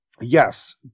Yes